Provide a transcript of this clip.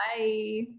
Bye